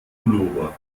pullover